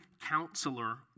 counselor